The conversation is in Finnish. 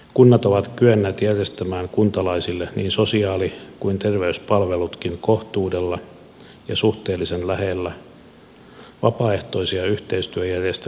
kunnat ovat kyenneet järjestämään kuntalaisille niin sosiaali kuin terveyspalvelutkin kohtuudella ja suhteellisen lähellä vapaaehtoisia yhteistyöjärjestelyjä käyttäen